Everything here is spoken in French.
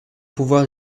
pouvoir